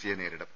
സിയെ നേരി ടും